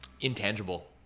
intangible